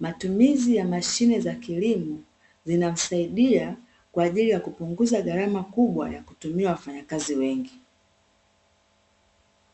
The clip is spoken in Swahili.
Matumizi ya mashine za kilimo zinamsaidia kwa ajili ya kupunguza gharama kubwa ya kutumia wafanyakazi wengi.